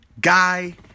guy